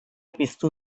piztu